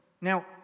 Now